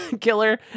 killer